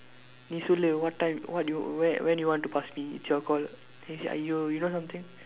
நீ சொல்லு:nii sollu what time what you when when you want to pass me it's your call then he said !aiyo! you know something